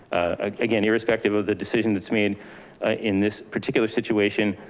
ah again, irrespective of the decision that's made in this particular situation,